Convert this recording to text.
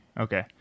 okay